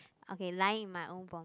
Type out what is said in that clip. okay lying in my own vomit